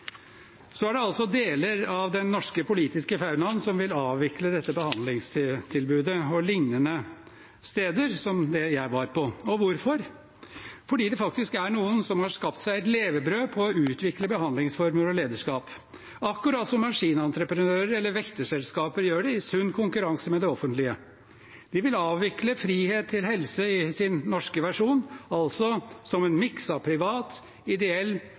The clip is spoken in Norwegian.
Så er det altså deler av den norske politiske faunaen som vil avvikle dette behandlingstilbudet og lignende steder som det jeg var på. Hvorfor? Fordi det faktisk er noen som har skapt seg et levebrød på å utvikle behandlingsformer og lederskap, akkurat som maskinentreprenører eller vekterselskaper gjør det, i sunn konkurranse med det offentlige. De vil avvikle frihet til helse i sin norske versjon, altså som en miks av privat, ideell